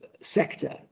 sector